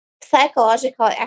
psychological